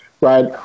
right